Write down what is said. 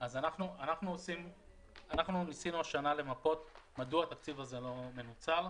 אנחנו ניסינו השנה למפות מדוע התקציב הזה לא מנוצל.